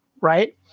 right